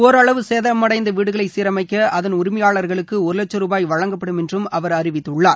ஒரளவு சேதடைந்த வீடுகளை சீரமைக்க அதன் உரிமையாளர்களுக்கு ஒரு வட்சம் ரூபாய் வரை வழங்கப்படும் என்றும் அவர் அறிவித்துள்ளார்